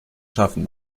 schaffen